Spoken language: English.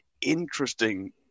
interesting